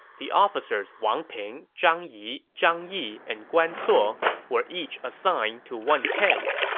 the officers wang ping, zhang yi, zhang yi, and guan suo were each assigned to one camp.